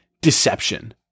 deception